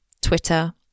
Twitter